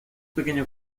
pequeño